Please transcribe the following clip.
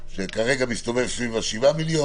כרגע מסתובב סביב ה-7 מיליון.